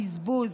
הבזבוז.